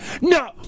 No